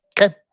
Okay